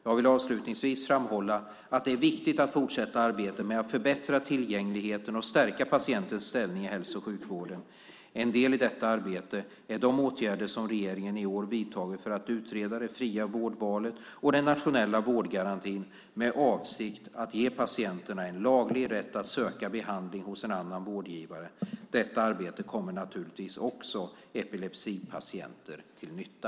Jag vill avslutningsvis framhålla att det är viktigt att fortsätta arbetet med att förbättra tillgängligheten och stärka patientens ställning i hälso och sjukvården. En del i detta arbete är de åtgärder som regeringen i år vidtagit för att utreda det fria vårdvalet och den nationella vårdgarantin med avsikt att ge patienterna en laglig rätt att söka behandling hos en annan vårdgivare. Detta arbete kommer naturligtvis också epilepsipatienter till nytta.